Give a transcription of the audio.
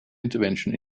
intervention